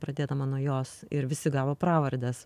pradėdama nuo jos ir visi gavo pravardes